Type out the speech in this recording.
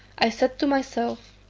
i said to myself,